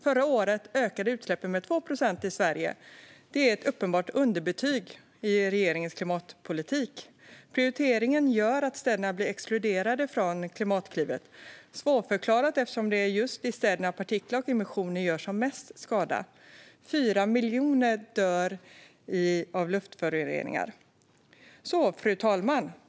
Förra året ökade utsläppen i Sverige med 2 procent. Det är ett uppenbart underbetyg till regeringens klimatpolitik. Prioriteringen gör att städerna blir exkluderade från Klimatklivet, vilket är svårförklarat eftersom det är just i städerna som partiklar och emissioner gör som mest skada. Fyra miljoner dör av luftföroreningar. Fru talman!